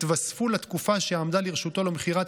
התווספו לתקופה שעמדה לרשותו למכירת